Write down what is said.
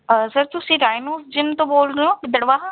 sir ਤੁਸੀਂ ਡਾਇਨੂਰ gym ਤੋਂ ਬੋਲ ਰਹੇ ਹੋ ਗਿੱਦੜਵਾਹਾ